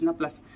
plus